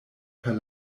per